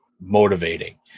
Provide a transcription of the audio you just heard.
motivating